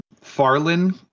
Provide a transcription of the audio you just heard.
Farlin